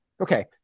Okay